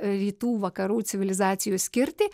rytų vakarų civilizacijų skirtį